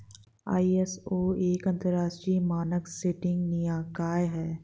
ISO एक अंतरराष्ट्रीय मानक सेटिंग निकाय है